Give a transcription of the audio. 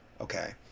okay